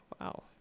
Wow